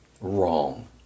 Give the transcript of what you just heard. wrong